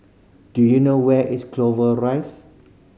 do you know where is Clover Rise